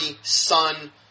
Son